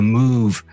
move